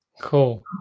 cool